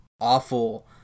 awful